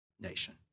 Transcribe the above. nation